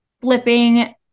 flipping